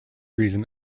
reason